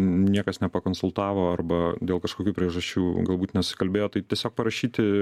niekas nepakonsultavo arba dėl kažkokių priežasčių galbūt nesikalbėjo tai tiesiog parašyti